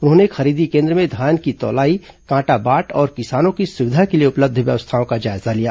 उन्होंने खरीदी केन्द्र में धान की तौलाई कांटा बाट और किसानों की सुविधा के लिए उपलब्ध व्यवस्थाओं का जायजा लिया